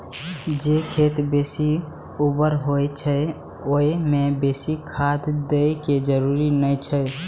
जे खेत बेसी उर्वर होइ छै, ओइ मे बेसी खाद दै के जरूरत नै छै